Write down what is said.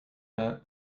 that